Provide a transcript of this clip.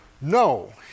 No